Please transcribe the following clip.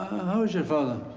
how is your father?